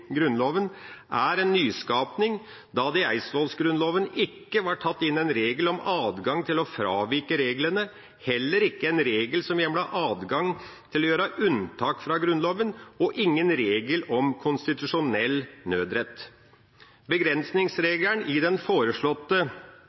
Grunnloven er en nyskaping, da det i Eidsvollsgrunnloven ikke var tatt inn en regel om adgang til å fravike reglene, heller ikke en regel som hjemlet adgang til å gjøre unntak fra Grunnloven, og ingen regel om konstitusjonell nødrett. Begrensningsregelen i den foreslåtte